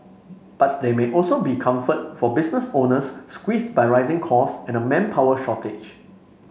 but there may also be comfort for business owners squeezes by rising costs and a manpower shortage